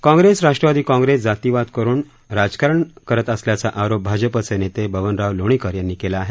काँग्रेस राष्ट्रवादी काँग्रेस जातीवाद करून राजकारण करत असल्याचा आरोप भाजपचे नेते बबनराव लोणीकर यांनी केला आहे